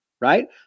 right